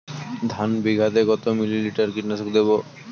ধানে বিঘাতে কত মিলি লিটার কীটনাশক দেবো?